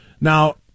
Now